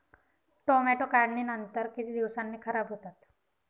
Tomato काढणीनंतर किती दिवसांनी खराब होतात?